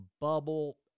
bubble